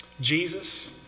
Jesus